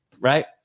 right